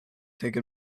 take